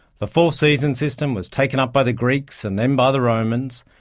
the four season system was taken up by the greeks and then by the romans.